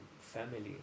family